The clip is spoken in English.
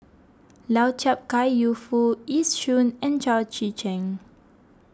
Lau Chiap Khai Yu Foo Yee Shoon and Chao Tzee Cheng